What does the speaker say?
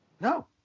No